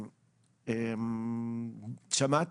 זו העת להזמין את מר רותם ברמלי ממשרד האוצר,